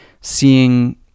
seeing